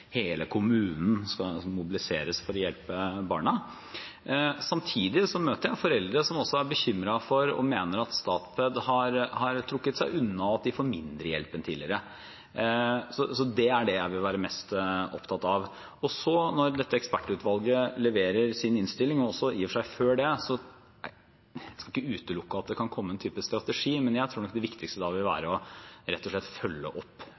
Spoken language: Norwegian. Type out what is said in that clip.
hele kommunen skal mobiliseres for å hjelpe barna. Samtidig møter jeg foreldre som er bekymret for og mener at Statped har trukket seg unna, og at de får mindre hjelp enn tidligere. Så det er det jeg vil være mest opptatt av. Når dette ekspertutvalget leverer sin innstilling, og også i og for seg før det, skal jeg ikke utelukke at det kan komme en type strategi, men jeg tror nok det viktigste da vil være rett og slett å følge opp